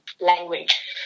language